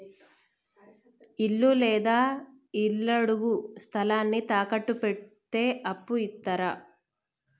ఇల్లు లేదా ఇళ్లడుగు స్థలాన్ని తాకట్టు పెడితే అప్పు ఇత్తరా?